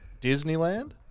Disneyland